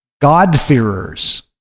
God-fearers